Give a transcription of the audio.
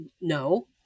no